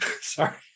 Sorry